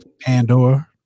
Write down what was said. Pandora